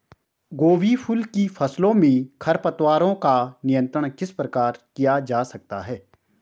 गोभी फूल की फसलों में खरपतवारों का नियंत्रण किस प्रकार किया जा सकता है?